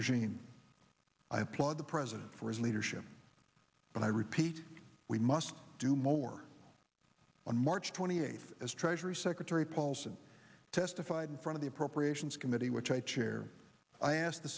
regime i applaud the president for his leadership but i repeat we must do more on march twenty eighth as treasury secretary paulson testified in front of the appropriations committee which i chair i asked the